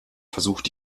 versucht